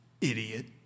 Idiot